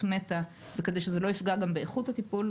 מתה וכדי שזה לא יפגע גם באיכות הטיפול,